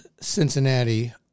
Cincinnati